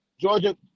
Georgia